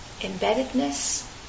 embeddedness